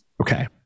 okay